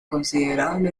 considerable